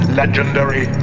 legendary